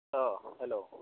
अ हेल'